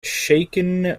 shaken